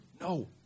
no